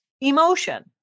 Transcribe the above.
emotion